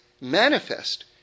manifest